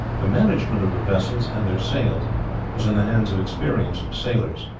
the management of the vessels and their sails was in the hands of experienced sailors,